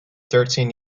thirteen